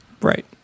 right